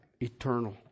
eternal